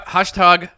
Hashtag